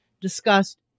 discussed